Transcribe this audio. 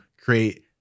create